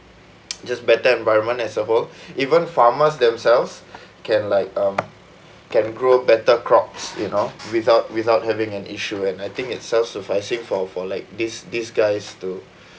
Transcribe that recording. just better environment as a whole even farmers themselves can like um can grow better crops you know without without having an issue and I think it's self-sufficing for for like these these guys too